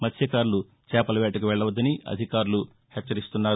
మత్వ్యకారులు చేపల వేటకు వెళ్లొద్దని అధికారులు హెచ్చరిస్తున్నారు